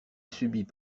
subit